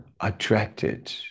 attracted